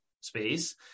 space